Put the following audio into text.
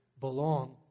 belong